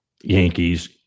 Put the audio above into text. Yankees